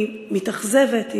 היא מתאכזבת,